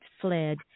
fled